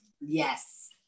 yes